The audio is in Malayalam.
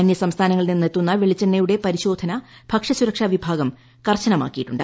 അന്യ സംസ്ഥാനങ്ങളിൽ നിന്ന് എത്തുന്ന വെളിച്ചെണ്ണയുടെ പരിശോധന ഭക്ഷ്യസുരക്ഷാ വിഭാഗം കർശനമാക്കിയിട്ടുണ്ട്